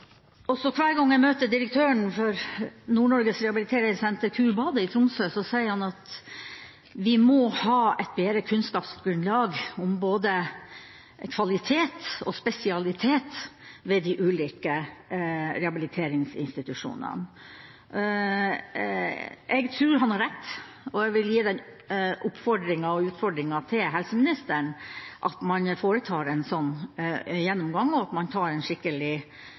også i distriktene, for vi har mange slike institusjoner i distriktene. Og hver gang jeg møter direktøren for Rehabiliteringssenteret Nord-Norges Kurbad i Tromsø, sier han at vi må ha et bedre kunnskapsgrunnlag om både kvalitet og spesialitet ved de ulike rehabiliteringsinstitusjonene. Jeg tror han har rett, og jeg vil gi den oppfordringen og utfordringen til helseministeren at man foretar en slik gjennomgang, at man tar en skikkelig